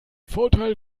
vorteil